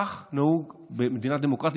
כך נהוג במדינה דמוקרטית,